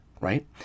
right